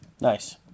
Nice